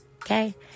Okay